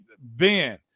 Ben